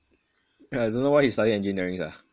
I don't know why he study engineering sia